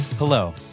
Hello